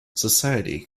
society